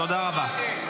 תודה רבה.